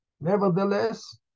Nevertheless